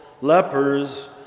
lepers